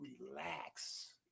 relax